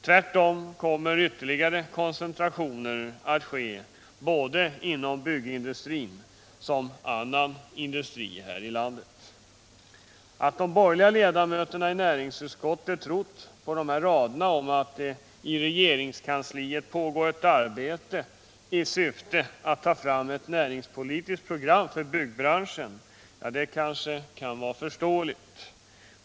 Tvärtom kommer ytterligare koncentrationer att ske inom både byggindustrin och annan industri här i landet. Att de-borgerliga ledamöterna i näringsutskottet tror på de här raderna om att det i regeringskansliet pågår ett arbete i syfte att ta fram ett näringspolitiskt program för byggbranschen, det kan kanske vara förståeligt.